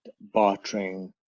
bartering